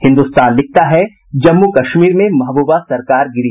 हिन्दुस्तान लिखता है जम्मू कश्मीर में महबूबा सरकार गिरी